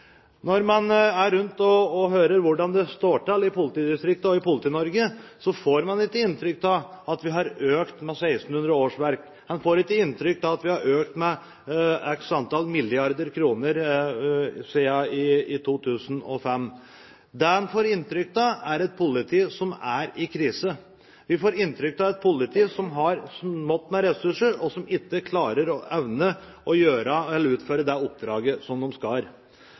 Når man reiser rundt og hører hvordan det står til i politidistriktene og i Politi-Norge, får man ikke inntrykk av at man har økt med 1 600 årsverk. Man får ikke et inntrykk av at man har økt x antall milliarder kroner siden 2005. Det man får inntrykk av, er et politi som er i krise. Vi får inntrykk av et politi som har smått med ressurser, og som ikke evner å utføre det oppdraget som de skal.